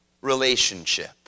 relationship